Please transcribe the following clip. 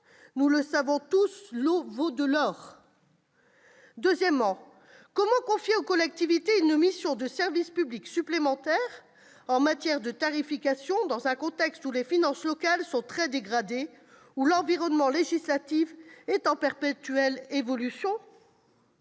Nous le savons tous : l'eau vaut de l'or ! Ensuite, comment confier aux collectivités territoriales une mission de service public supplémentaire en matière de tarification, dans un contexte où les finances locales sont très dégradées et l'environnement législatif en perpétuelle évolution ?